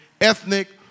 ethnic